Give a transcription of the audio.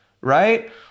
right